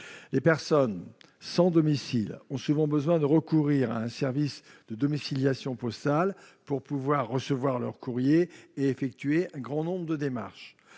Les personnes sans domicile ont souvent besoin de recourir à un service de domiciliation postale pour pouvoir recevoir leur courrier et effectuer un grand nombre de démarches.